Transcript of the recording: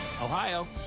Ohio